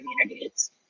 communities